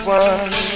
one